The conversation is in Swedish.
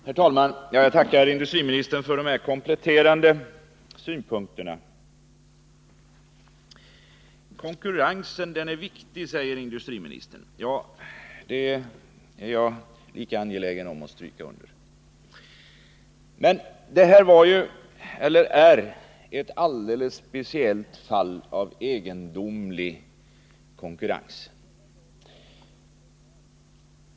Herr talman! Jag tackar industriministern för de här kompletterande synpunkterna. Konkurrensen är viktig säger industriministern. Det är jag lika angelägen om att stryka under. Men det här är ett alldeles speciellt fall av egendomlig konkurrens.